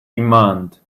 demand